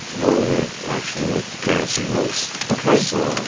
rolling it actually makes the currency loose ok so